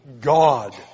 God